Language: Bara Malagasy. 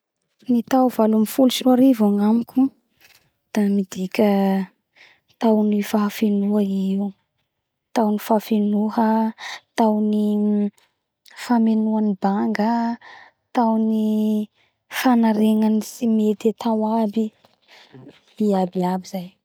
Ny tao valo ambifolo sy roa arivo agnamiko da midika tao ny fahafenoa i io tao ny fahafenoha tao ny famenoa ny banga tao ny fagnaregna tsy mety atao aby i aby aby zay